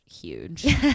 huge